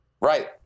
Right